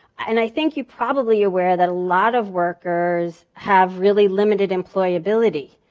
and i think you probably aware that a lot of workers have really limited employability.